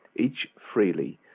each freely,